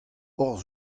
hor